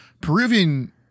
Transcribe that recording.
Peruvian